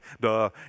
duh